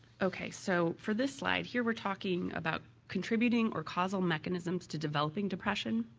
okay, so, for this slide here, we're talking about contributing or causal mechanisms to developing depression.